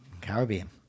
Caribbean